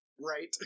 Right